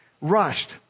rushed